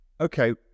okay